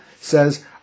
says